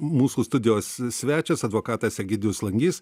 mūsų studijos svečias advokatas egidijus langys